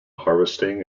harvesting